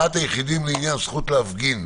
מחאת היחידים לעניין הזכות להפגין,